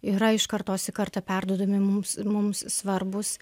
yra iš kartos į kartą perduodami mums ir mums svarbūs